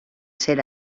ser